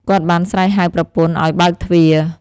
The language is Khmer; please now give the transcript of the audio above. គាត់បានស្រែកហៅប្រពន្ធឱ្យបើកទ្វារ។